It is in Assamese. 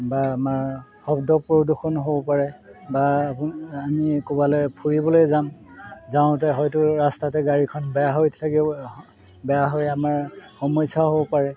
বা আমাৰ শব্দ প্ৰদূষণো হ'ব পাৰে বা আমি ক'ৰবালৈ ফুৰিবলৈ যাম যাওঁতে হয়টো ৰাস্তাতে গাড়ীখন বেয়া হৈ থাকিব বেয়া হৈ আমাৰ সমস্যাও হ'ব পাৰে